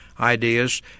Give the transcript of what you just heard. ideas